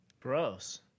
Gross